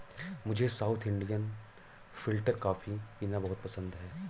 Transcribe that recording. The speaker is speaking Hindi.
मुझे साउथ इंडियन फिल्टरकॉपी पीना बहुत पसंद है